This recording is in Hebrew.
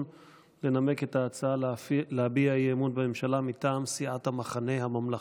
לנמק את ההצעה להביע אי-אמון בממשלה מטעם סיעת המחנה הממלכתי.